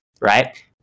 right